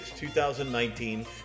2019